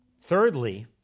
thirdly